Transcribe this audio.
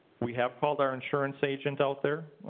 we have called our insurance agent out there,